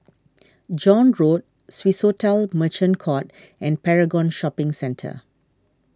John Road Swissotel Merchant Court and Paragon Shopping Centre